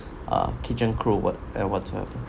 uh kitchen crew what eh what's uh